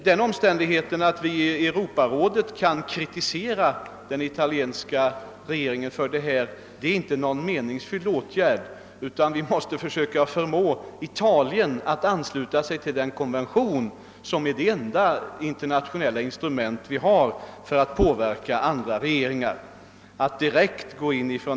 Den omständigheten att vi i Europarådet kan kritisera den italienska regeringen för den massaker på småfåglar som förekommer där är inte någon meningsfylld åtgärd; vi måste försöka förmå Italien att ansluta sig till den konvention som är det enda internationella instrument vi har för att påverka andra regeringar.